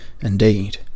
Indeed